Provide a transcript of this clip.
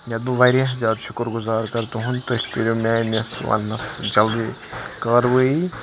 یَتھ بہٕ واریاہ شُکر گُزار کَر تُہُنٛد تُہۍ کٔرِو میٲنِس وَننَس جَلدی کاروٲیی تہٕ